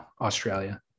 Australia